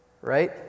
right